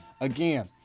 again